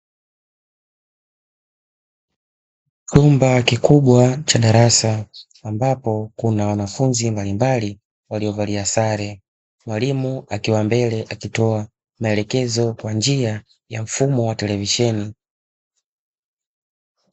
Chumba kikubwa cha darasa ambapo kuna wanafunzi mbalimbali waliovalia sare, mwalimu akiwa mbele akitoa maelekezo kwa njia ya mfumo wa televisheni.